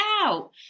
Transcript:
out